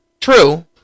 True